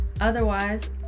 Otherwise